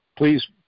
please